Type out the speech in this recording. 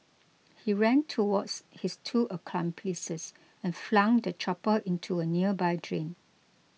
he ran towards his two accomplices and flung the chopper into a nearby drain